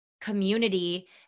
community